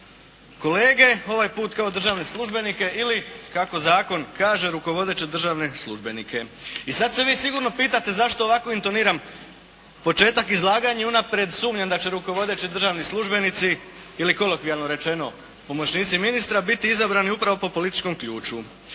kolege, ovaj put kao državne službenike, ili kako zakon kaže rukovodeće državne službenike. I sada se vi sigurno pitate zašto ovako intoniram, početak izlaganja i unaprijed sumnjam da će rukovodeći državni službenici, ili kolokvijalno rečeno pomoćnici ministra biti izabrani upravo po političkom ključu.